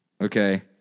Okay